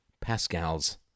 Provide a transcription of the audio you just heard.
Pascal's